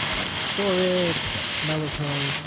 how do you store it? is that smell okay?